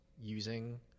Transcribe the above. using